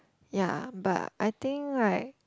ya but I think like